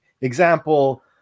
example